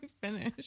finish